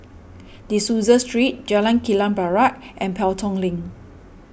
De Souza Street Jalan Kilang Barat and Pelton Link